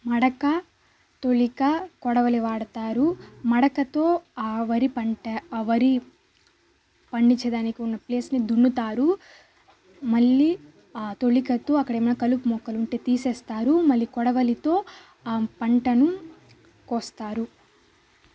మడక తులిక కొడవలి వాడతారు మడకతో ఆ వరి పంట ఆ వరి పండిచ్చేదానికి ఉన్న ప్లేస్ని దున్నుతారు మళ్ళీ ఆ తులికతో అక్కడేమన్న కలుపు మొక్కలు ఉంటే తీసేస్తారు మళ్ళీ కొడవలితో ఆ పంటని కోస్తారు